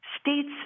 states